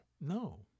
No